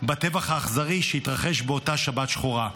שאמר שהטבח הנורא לא התקיים או לא בוצע בתוך ואקום.